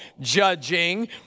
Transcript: judging